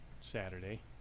Saturday